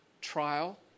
trial